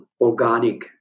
organic